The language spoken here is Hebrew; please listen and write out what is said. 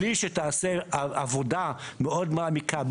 אבל מבלי שתעשה עבודה מאוד מעמיקה,